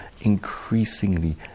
increasingly